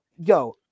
Yo